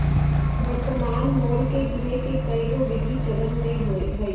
वर्तमान मोल के गीने के कएगो विधि चलन में हइ